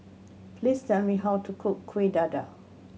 please tell me how to cook Kuih Dadar